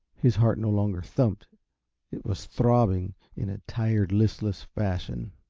his heart no longer thumped it was throbbing in a tired, listless fashion.